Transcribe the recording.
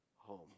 home